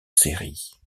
série